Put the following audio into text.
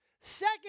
Second